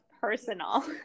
personal